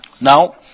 Now